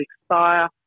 expire